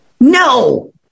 No